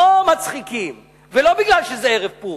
לא מצחיקים ולא כי זה ערב פורים.